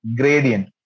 gradient